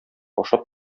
ашап